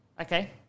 Okay